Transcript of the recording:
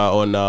on